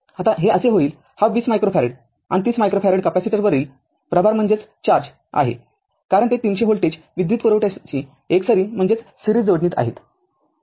आता हे असे होईल हा २० मायक्रोफॅरेड आणि ३० मायक्रोफॅरेड कॅपेसिटर वरील प्रभार आहेकारण ते ३०० व्होल्टेज विद्युत पुरवठ्याशी एकसरी जोडणीत आहेत